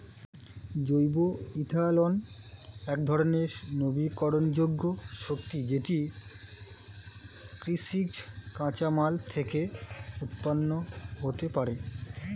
জৈব ইথানল একধরণের নবীকরণযোগ্য শক্তি যেটি কৃষিজ কাঁচামাল থেকে উৎপন্ন হতে পারে